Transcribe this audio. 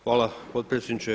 Hvala potpredsjedniče.